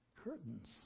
Curtains